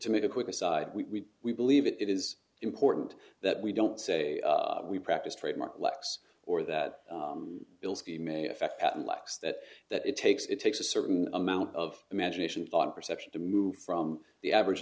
to make a quick aside we believe it is important that we don't say we practice trademark lex or that bilsky may affect at lax that that it takes it takes a certain amount of imagination on perception to move from the average